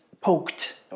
poked